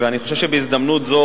ואני חושב שבהזדמנות זו,